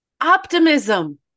Optimism